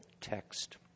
text